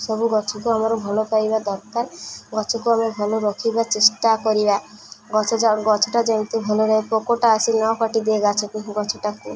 ସବୁ ଗଛକୁ ଆମର ଭଲ ପାଇବା ଦରକାର ଗଛକୁ ଆମେ ଭଲ ରଖିବା ଚେଷ୍ଟା କରିବା ଗଛ ଗଛଟା ଯେମିତି ଭଲ ରହେ ପୋକଟା ଆସି ନ କାଟିଦିଏ ଗାଛକୁ ଗଛଟାକୁ